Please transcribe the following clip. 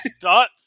dot